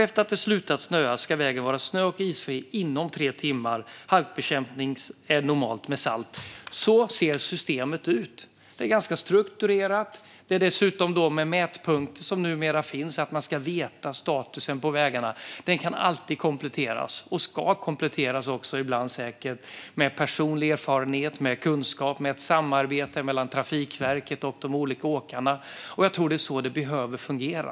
Efter att det har slutat snöa ska vägen vara snö och isfri inom tre timmar. Halkbekämpningen sker normalt med salt. Så här ser systemet ut. Det är strukturerat, och numera finns dessutom mätpunkter för att man ska veta statusen på vägarna. Detta kan alltid kompletteras - och ska ibland säkert också kompletteras - med personlig erfarenhet och kunskap och med ett samarbete mellan Trafikverket och de olika åkarna. Jag tror att det är så det behöver fungera.